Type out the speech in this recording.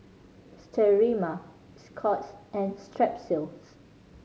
Sterimar Scott's and Strepsils